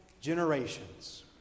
generations